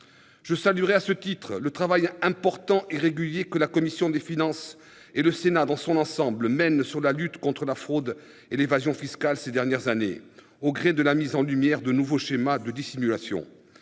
Je saluerai à ce titre le travail important et régulier que la commission des finances et le Sénat dans son ensemble mènent sur la lutte contre la fraude et l'évasion fiscale ces dernières années, au gré de la mise en lumière de nouveaux schémas de dissimulation.